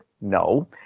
no